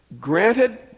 Granted